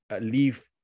leave